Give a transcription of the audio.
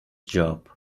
job